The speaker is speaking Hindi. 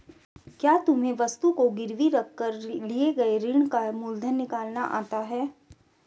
क्या तुम्हें वस्तु को गिरवी रख कर लिए गए ऋण का मूलधन निकालना आता है?